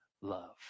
love